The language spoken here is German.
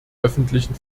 öffentlichen